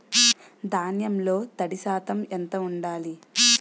ధాన్యంలో తడి శాతం ఎంత ఉండాలి?